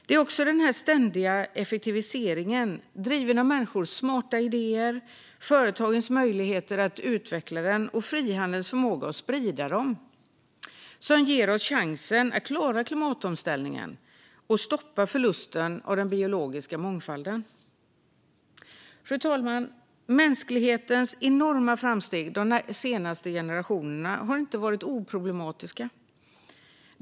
Det är också den ständiga effektiviseringen, driven av människors smarta idéer, företagens möjlighet att utveckla dem och frihandelns förmåga att sprida dem, som ger oss chansen att klara klimatomställningen och stoppa förlusten av den biologiska mångfalden. Fru talman! Mänsklighetens enorma framsteg under de senaste generationerna har inte varit oproblematiska.